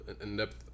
in-depth